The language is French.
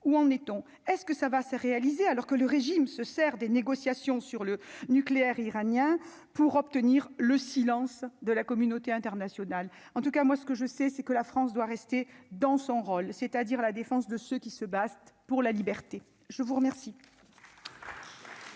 où en est-on est-ce que ça va se réaliser alors que le régime se sert des négociations sur le nucléaire iranien pour obtenir le silence de la communauté internationale, en tout cas moi ce que je sais, c'est que la France doit rester dans son rôle, c'est-à-dire la défense de ceux qui se battent pour la liberté, je vous remercie.